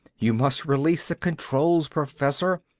you must release the controls, professor.